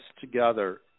together